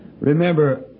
remember